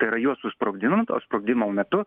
tai yra juos susprogdinant o sprogdimo metu